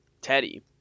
Teddy